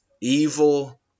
evil